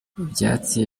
ibyatsi